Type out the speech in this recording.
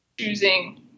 choosing